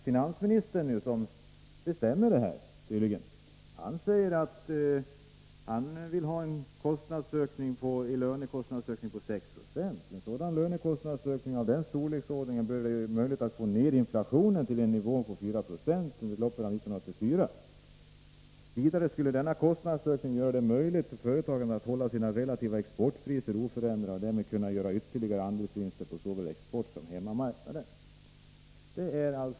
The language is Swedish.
Finansministern, som tydligen är den som bestämmer, vill ha en lönekostnadsökning på 6 26. Han säger: Med en lönekostnadsökning av den storleksordningen bör det vara möjligt att få ned inflationen till nivån 4 96 under loppet av 1984. Vidare skulle denna kostnadsökning göra det möjligt för företagen att hålla sina relativa exportpriser oförändrade och därmed kunna göra ytterligare andelsvinster på såväl exportsom hemmamarknaden.